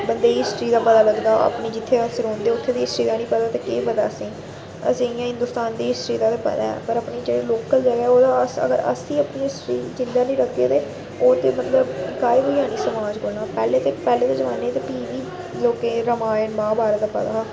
बंदे गी हिस्टरी दा पता लगदा अपनी जित्थें अस रौंह्दे उत्थें दी हिस्टरी दा नी पता ते केह् पता तुसेंगी असेंगी एह् हिंदुस्तान दी हिस्टरी दा पता ऐ पर अपनी जेह्ड़ी लोकल जगह् ऐ ओह्दे अस अगर असें ई अपनी हिस्टरी जींदा नी रखगे ते ओह् ते मतलब गायब होई जानी समाज कोलां पैह्ले ते पैह्ले दे जमाने च फ्ही बी लोकें रामायण महाभारत पता हा